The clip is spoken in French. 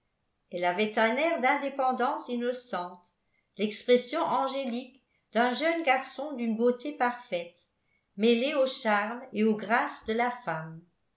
elle avait un air d'indépendance innocente l'expression angélique d'un jeune garçon d'une beauté parfaite mêlée aux charmes et aux grâces de la femme